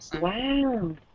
Wow